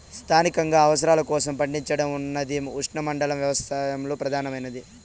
స్థానికంగా ఆహార అవసరాల కోసం పండించడం అన్నది ఉష్ణమండల వ్యవసాయంలో ప్రధానమైనది